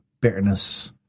bitterness